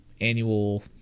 annual